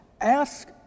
Ask